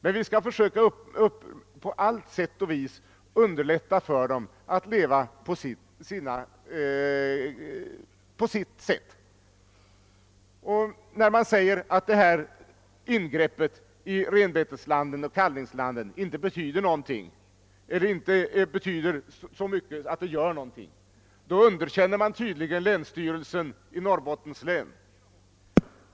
Men vi skall försöka att på allt sätt underlätta för dem att leva på sitt sätt. När man säger att ingreppet i betes landen och kalvningslanden inte betyder så mycket att det gör något, då underkänner man tydligen länsstyrelsen i Norrbottens län.